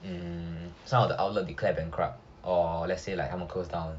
um some of the outlet declared bankrupt or let's say like 他们 closed down